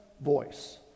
voice